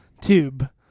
Tube